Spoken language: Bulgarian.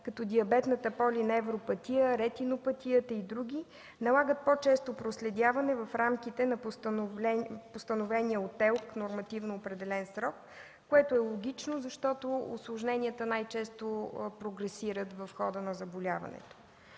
като диабетната полиневропатия, ретинопатия и други налагат по-често проследяване в рамките на постановения от ТЕЛК нормативно определен срок, което е логично, защото усложненията най-често прогресират в хода на заболяването.